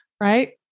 Right